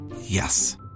Yes